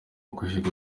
guhiga